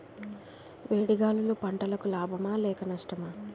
వేడి గాలులు పంటలకు లాభమా లేక నష్టమా?